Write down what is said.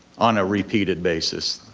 on a repeated basis.